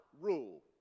rule